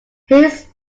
his